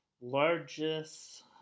largest